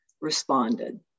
responded